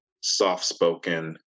soft-spoken